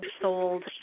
sold